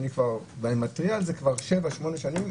ןאני מתריע על זה כבר שבע-שמונה שנים,